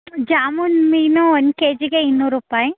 ಜಾಮುನ್ ಮೀನು ಒಂದು ಕೆ ಜಿಗೆ ಇನ್ನೂರು ರೂಪಾಯಿ